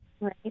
right